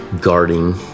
guarding